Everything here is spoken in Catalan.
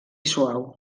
suau